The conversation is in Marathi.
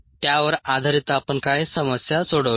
त्यावर आधारित आपण काही समस्या सोडवल्या